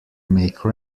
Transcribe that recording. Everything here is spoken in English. make